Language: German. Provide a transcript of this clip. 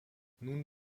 nun